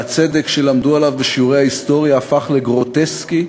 והצדק שלמדו עליו בשיעורי ההיסטוריה הפך לגרוטסקי,